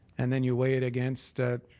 and then you weigh it against